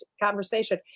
conversation